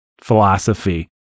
philosophy